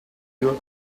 your